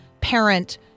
parent